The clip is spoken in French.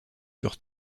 sur